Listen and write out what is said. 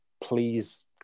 please